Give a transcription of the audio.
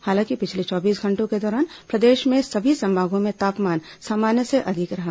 हालांकि पिछले चौबीस घंटों के दौरान प्रदेश में सभी संभागों में तापमान सामान्य स अधिक रहा